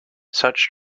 such